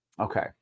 okay